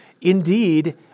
Indeed